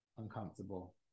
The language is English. uncomfortable